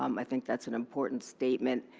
um i think that's an important statement.